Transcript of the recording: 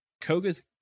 Koga's